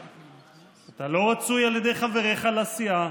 אתה לא רצוי על ידי חבריך לסיעה,